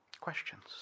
questions